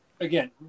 Again